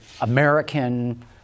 American